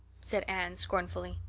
said anne scornfully.